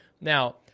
now